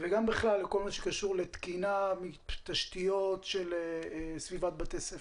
וגם בכלל לכל מה שקשור לתקינה ותשתיות של סביבת בתי הספר.